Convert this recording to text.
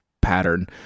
pattern